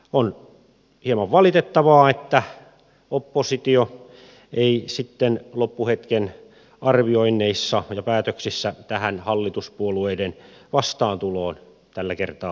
on hieman valitettavaa että oppositio ei sitten loppuhetken arvioinneissa ja päätöksissä tähän hallituspuolueiden vastaantuloon tällä kertaa tarttunut